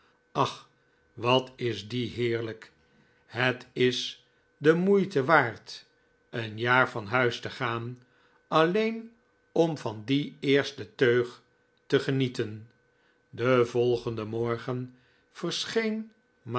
ach wat is die heerlijk het is de moeite waard een jaar van huis te gaan alleen om van die eerste teug te genieten den volgenden morgen verscheen